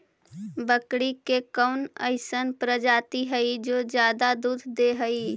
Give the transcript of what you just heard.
बकरी के कौन अइसन प्रजाति हई जो ज्यादा दूध दे हई?